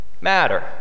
matter